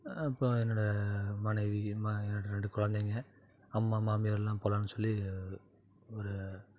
அப்போ என்னோடய மனைவி ம என்னோடய ரெண்டு கொழந்தைங்க அம்மா மாமியாரெலாம் போகலான் சொல்லி ஒரு